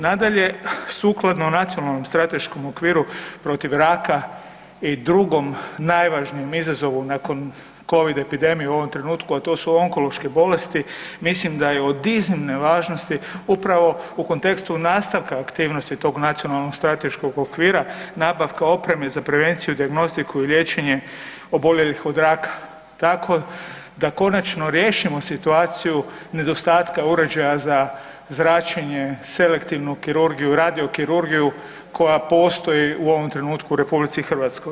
Nadalje, sukladno Nacionalnom strateškom okviru protiv raka i drugom najvažnijem izazovu nakon covid epidemije u ovom trenutku, a to su onkološke bolesti, mislim da je od iznimne važnosti upravo u kontekstu nastavka aktivnosti tog nacionalnog strateškog okvira, nabavka opreme za prevenciju, dijagnostiku i liječenje oboljelih od raka, tako da konačno riješimo situaciju nedostatka uređaja za zračenje, selektivnu kirurgiju, radiokirurgiju koja postoji u ovom trenutku u RH.